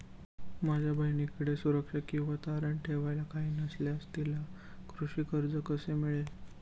माझ्या बहिणीकडे सुरक्षा किंवा तारण ठेवायला काही नसल्यास तिला कृषी कर्ज कसे मिळेल?